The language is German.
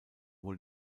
wohl